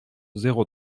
zéro